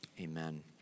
Amen